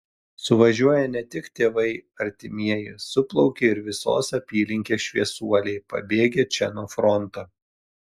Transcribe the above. suvažiuoja ne tik tėvai artimieji suplaukia ir visos apylinkės šviesuoliai pabėgę čia nuo fronto